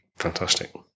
Fantastic